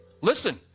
Listen